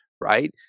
right